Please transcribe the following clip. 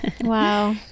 Wow